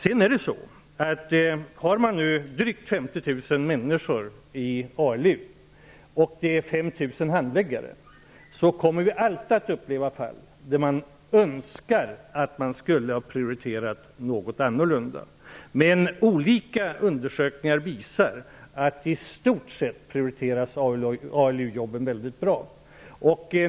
Med drygt 50 000 människor i ALU-jobb och 5 000 handläggare kommer vi alltid att uppleva fall där man önskar en något annorlunda prioritering. Olika undersökningar visar att ALU-jobben i stort sett prioriteras väldigt bra.